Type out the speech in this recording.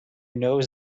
knows